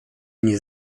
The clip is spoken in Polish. nie